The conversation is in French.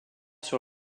sur